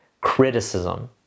criticism